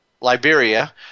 Liberia